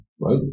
right